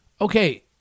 Okay